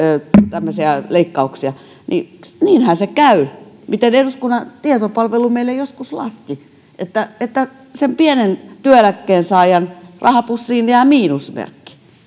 leikkauksia niin niinhän siinä käy kuten eduskunnan tietopalvelu meille joskus laski että että sen pienen työeläkkeen saajan rahapussiin jää miinusmerkki